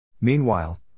Meanwhile